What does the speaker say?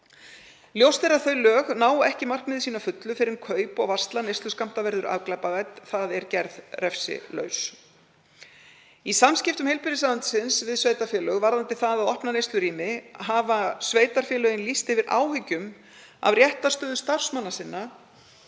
Ljóst er að þau lög ná ekki markmiði sínu að fullu fyrr en kaup og varsla neysluskammta verður afglæpavædd, þ.e. gerð refsilaus. Í samskiptum heilbrigðisráðuneytisins við sveitarfélög, varðandi það að opna neyslurými, hafa sveitarfélögin lýst yfir áhyggjum af réttarstöðu starfsmanna sinna